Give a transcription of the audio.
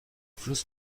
fluss